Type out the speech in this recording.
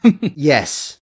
Yes